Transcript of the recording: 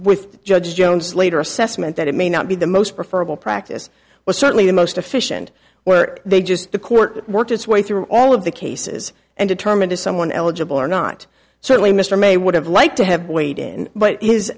with judge jones later assessment that it may not be the most prefer of all practice but certainly the most efficient where they just the court work its way through all of the cases and determine if someone eligible or not certainly mr may would have liked to have weighed in but